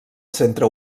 centre